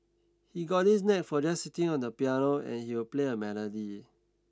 he's got this knack for just sitting on the piano and he will play a melody